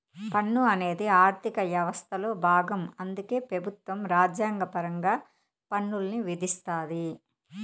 పన్ను అనేది ఆర్థిక యవస్థలో బాగం అందుకే పెబుత్వం రాజ్యాంగపరంగా పన్నుల్ని విధిస్తాది